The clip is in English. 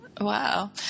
Wow